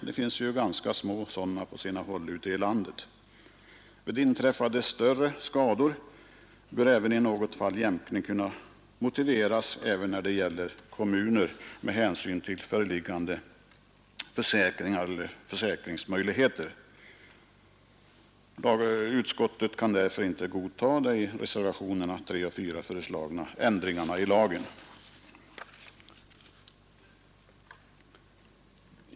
Vid inträffade större skador kan det med hänsyn till föreliggande försäkringsmöjligheter i speciella fall vara motiverat med en jämkning även för kommuner. Utskottet kan därför inte godta de i reservationerna 3 och 4 föreslagna ändringarna i lagen.